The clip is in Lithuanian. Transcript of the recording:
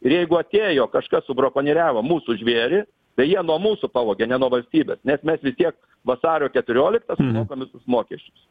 ir jeigu atėjo kažkas subrakonieriavo mūsų žvėrį tai jie nuo mūsų pavogė ne nuo valstybės nes mes vis tiek vasario keturioliktą sumokam visus mokesčius